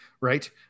right